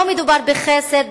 לא מדובר בחסד,